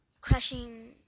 crushing